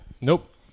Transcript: Nope